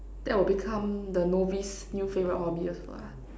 that will become the novice's new favorite hobby also lah